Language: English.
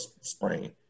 sprain